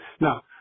Now